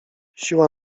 siła